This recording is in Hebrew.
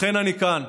לכן אני כאן,